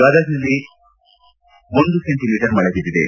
ಗದಗ್ನಲ್ಲಿ ಒಂದು ಸೆಂಟಿಮೀಟರ್ ಮಳೆ ಬಿದ್ದಿದೆ